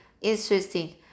interesting